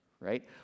Right